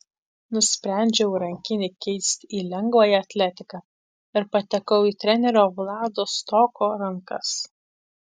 nusprendžiau rankinį keisti į lengvąją atletiką ir patekau į trenerio vlado stoko rankas